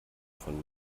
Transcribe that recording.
von